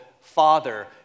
Father